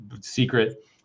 secret